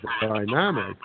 dynamic